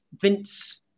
Vince